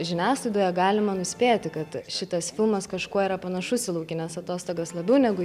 žiniasklaidoje galima nuspėti kad šitas filmas kažkuo yra panašus į laukines atostogas labiau negu